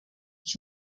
ich